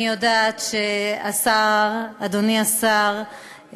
אני יודעת שאדוני השר,